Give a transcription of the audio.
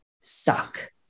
suck